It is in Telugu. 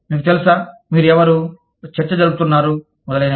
మీకు తెలుసా మీరు ఎవరు చర్చలు జరుపుతున్నారు మొదలైనవి